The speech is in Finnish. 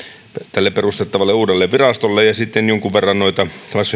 tälle perustettavalle uudelle virastolle ja sitten jonkun verran noita